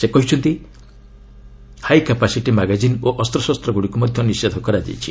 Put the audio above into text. ସେ କହିଛନ୍ତି high capacity magazine ଓ ଅସ୍ତ୍ରଶସ୍ତ୍ରଗୁଡ଼ିକୁ ମଧ୍ୟ ନିଷେଧ କରାଯାଇଛି